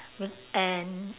with an